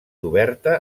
oberta